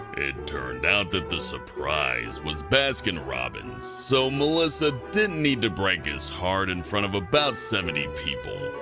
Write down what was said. it turned out the the surprise was baskin robbins, so melissa didn't need to break his heart in front of about seventy people.